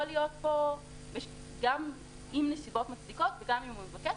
יכול להיות פה גם אם הנסיבות מצדיקות וגם אם הוא יבקש,